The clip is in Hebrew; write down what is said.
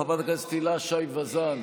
חברת הכנסת הילה שי וזאן,